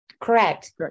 Correct